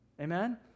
Amen